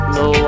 no